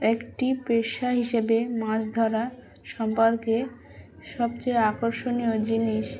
একটি পেশা হিসেবে মাছ ধরা সম্পর্কে সবচেয়ে আকর্ষণীয় জিনিস